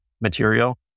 material